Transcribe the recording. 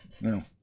No